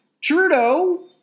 Trudeau